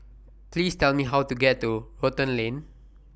Please Tell Me How to get to Rotan Lane